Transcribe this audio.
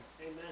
Amen